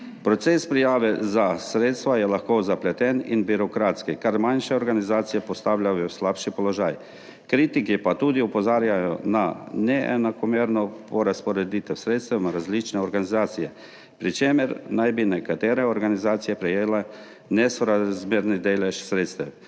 Proces prijave za sredstva je lahko zapleten in birokratski, kar manjše organizacije postavlja v slabši položaj. Kritiki pa opozarjajo tudi na neenakomerno prerazporeditev sredstev na različne organizacije, pri čemer naj bi nekatere organizacije prejele nesorazmerni delež sredstev.